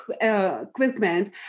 equipment